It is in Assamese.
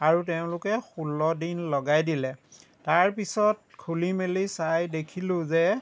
আৰু তেওঁলোকে ষোল্ল দিন লগাই দিলে তাৰ পিছত খুলি মেলি চাই দেখিলোঁ যে